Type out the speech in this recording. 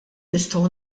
nistgħu